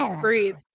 Breathe